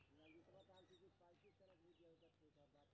विधार्थी के शिक्षा लोन कोन आधार पर भेटेत अछि?